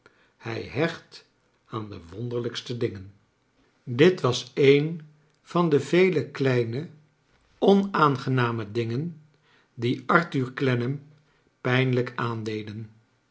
hij hecht aan de wonderlijkste dingen dit was een van de vele kleine onaangename dingen die arthur olennam pijnlijk aandeden